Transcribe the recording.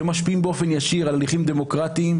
שמשפיעים באופן ישיר על הליכים דמוקרטיים,